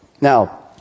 now